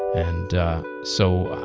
and so,